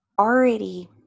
already